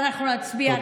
ואנחנו נצביע נגדו.